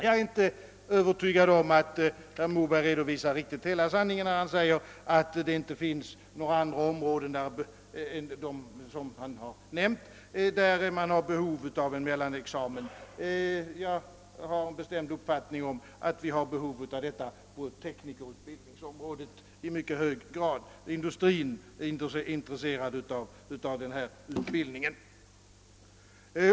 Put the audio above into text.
Jag är inte övertygad om att herr Moberg redovisar riktigt hela sanningen när han säger att det inte finns några andra områden än de som han har nämnt där man har behov av en mellanexamen. Jag har den bestämda uppfattningen att vi har stort behov av en sådan mellanexamen på teknikerutbildningsområdet. Industrin är inte så intresserad av denna utbildning.